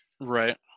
right